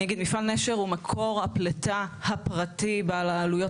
אני אגיד מפעל נשר הוא מקור הפלטה הפרטי בעל העלויות